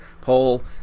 poll